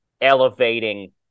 elevating